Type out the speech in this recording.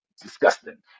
disgusting